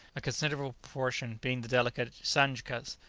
a considerable proportion being the delicate sandjtkas,